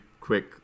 quick